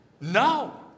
No